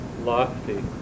lofty